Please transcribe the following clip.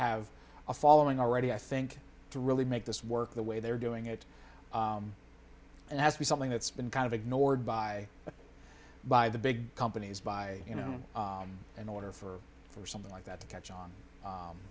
have a following already i think to really make this work the way they're doing it and that's be something that's been kind of ignored by the by the big companies by you know in order for for something like that to catch on